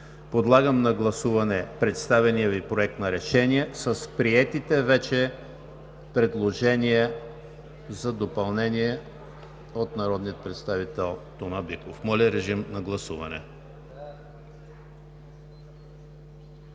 Подлагам на гласуване представения Ви Проект на решение с приетите вече предложения за допълнение от народния представител Тома Биков. Гласували